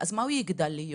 אז מה הוא יגדל להיות,